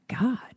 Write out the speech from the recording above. God